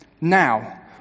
Now